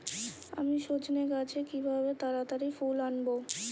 আমি সজনে গাছে কিভাবে তাড়াতাড়ি ফুল আনব?